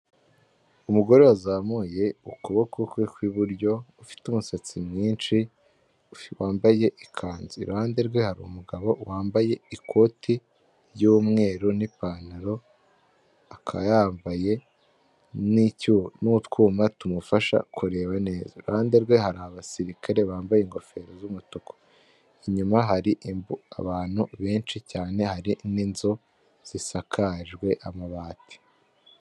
Umugore wazamuye ukuboko kwe kw'iburyo ufite umusatsi mwinshi wambaye ikanzu, iruhande rwe hari umugabo wambaye ikote ry'umweru n'ipantaro, akaba anambaye n'utwuma tumufasha kureba neza, iruhande rwe hari abasirikare bambaye ingofero z'umutuku, inyuma hari abantu benshi cyane, hari n'inzu zisakajwe amabati.